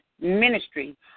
Ministry